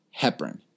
heparin